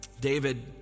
David